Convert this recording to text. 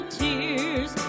tears